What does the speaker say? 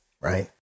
right